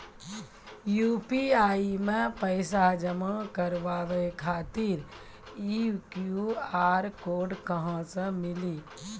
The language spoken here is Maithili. यु.पी.आई मे पैसा जमा कारवावे खातिर ई क्यू.आर कोड कहां से मिली?